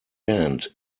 end